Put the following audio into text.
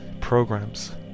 programs